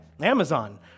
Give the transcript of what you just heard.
Amazon